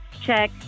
check